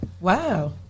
wow